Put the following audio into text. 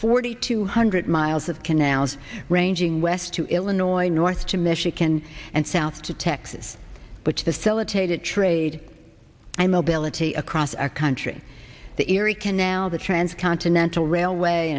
forty two hundred miles of canals ranging west to illinois north to michigan and south to texas which the filleted trade by mobility across our country the erie canal the transcontinental railway